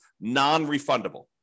non-refundable